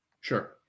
Sure